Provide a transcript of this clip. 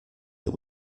that